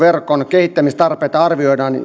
kehittämistarpeita